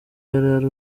yari